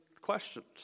questions